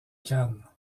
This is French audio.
canne